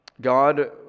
God